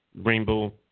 Rainbow